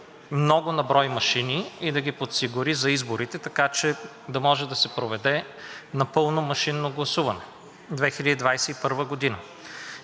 много на брой машини и да ги подсигури за изборите, така че да може да се проведе напълно машинно гласуване – 2021 г.